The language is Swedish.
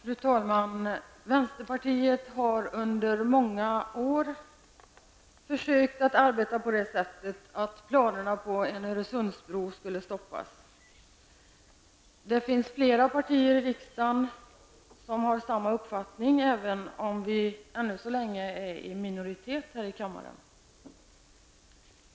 Fru talman! Vänsterpartiet har under många år försökt att arbeta på det sättet att planerna på Öresundsbron skulle stoppas. Det finns flera partier i riksdagen som har samma uppfattning, även om vi ännu så länge är i minoritet.